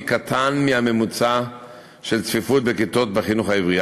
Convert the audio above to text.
קטן מהממוצע של צפיפות בכיתות בחינוך העברי.